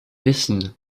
wissen